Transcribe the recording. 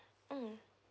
um